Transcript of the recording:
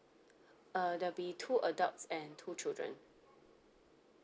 uh there'll be two adults and two children